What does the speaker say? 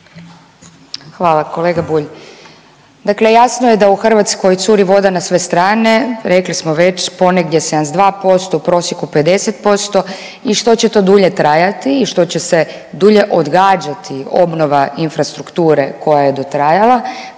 Hvala. Kolega Bulj, dakle jasno je da u Hrvatskoj curi voda na sve strane, rekli smo već, ponegdje 72%, u prosjeku 50% i što će to dulje trajati i što će se dulje odgađati obnova infrastrukture koja je dotrajala,